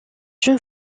une